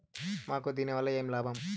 మాకు దీనివల్ల ఏమి లాభం